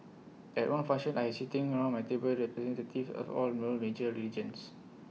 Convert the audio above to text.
at one function I had sitting around my table representatives of all the world's major religions